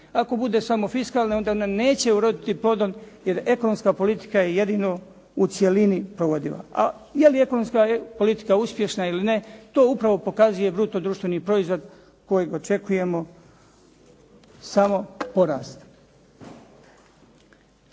Ako bude samo fiskalna onda ona neće uroditi plodom, jer ekonomska politika je jedino u cjelini provodiva, a je li ekonomska politika uspješna ili ne to upravo pokazuje bruto društveni proizvod kojeg očekujemo samo porast.